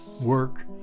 work